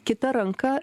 kita ranka